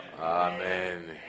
Amen